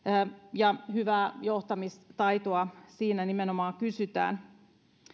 ja hyvää johtamistaitoa siinä nimenomaan kysytään